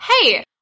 Hey